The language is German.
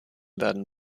werden